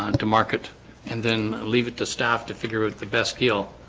um to market and then leave it to staff to figure out the best deal